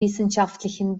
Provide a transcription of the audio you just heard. wissenschaftlichen